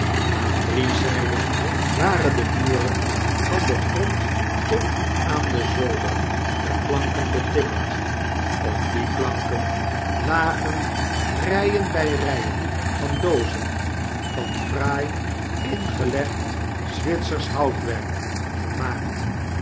aan drie zyden waren de muren van den grond tot aan den zolder met planken betimmerd opdieplanken lagen ryen by rnen van doozen van fraai ingelegd zwitsersch houtwerk gemaakt